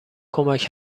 کمک